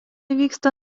vyksta